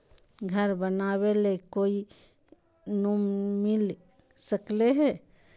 घर बनावे ले कोई लोनमिल सकले है?